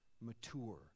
mature